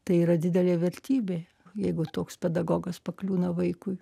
tai yra didelė vertybė jeigu toks pedagogas pakliūna vaikui